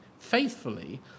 faithfully